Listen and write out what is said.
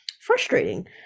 frustrating